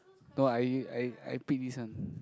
no I I I pick this one